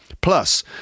Plus